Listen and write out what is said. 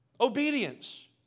Obedience